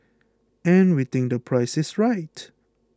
and we think the price is right